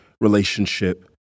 relationship